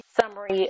summary